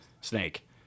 snake